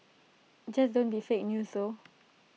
just don't be fake news though